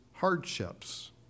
hardships